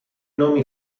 nomi